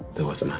there was none.